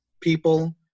people